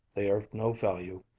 they are of no value.